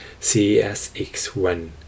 CSX1